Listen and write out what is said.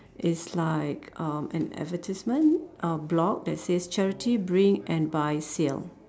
it's like um an advertisement uh block that says charity bring and buy sale